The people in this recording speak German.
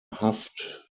haft